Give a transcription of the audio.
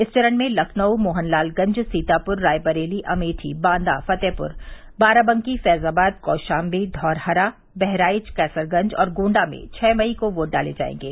इस चरण में लखनऊ मोहनलालगंज सीताप्र रायबरेली अमेठी बांदा फतेहपुर बाराबंकी फैजाबाद कौशाम्वी धौरहरा बहराइच कैसरगंज और गोण्डा में छह मई को वोट डाले जायेंगे